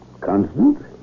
Constant